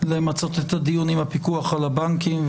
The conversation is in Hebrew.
למצות את הדיון עם הפיקוח על הבנקים,